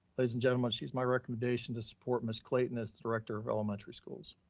ladies and gentleman, she's my recommendation to support ms. clayton as the director of elementary schools.